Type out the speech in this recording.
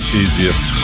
easiest